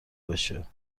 بشه